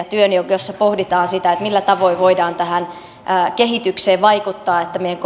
työn jossa pohditaan sitä millä tavoin voidaan tähän kehitykseen vaikuttaa että meidän